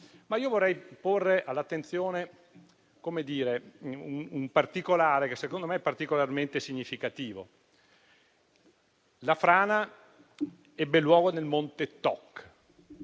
però vorrei porre all'attenzione un particolare secondo me estremamente significativo. La frana ebbe luogo nel monte Toc